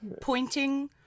pointing